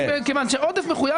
עודף.